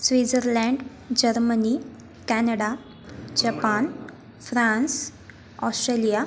Switzerland Germany Canada Japan France Australia